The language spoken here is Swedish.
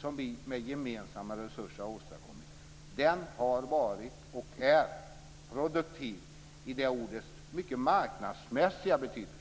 som vi med gemensamma resurser har åstadkommit har varit och är produktiv i det ordets mycket marknadsmässiga betydelse.